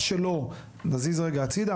מה שלא נזיז רגע הצידה,